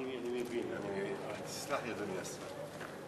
אני מבין, סלח לי, אדוני השר.